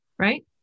Right